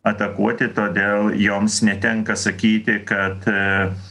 atakuoti todėl joms netenka sakyti kad